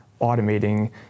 automating